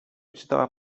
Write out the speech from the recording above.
czytała